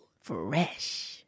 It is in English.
fresh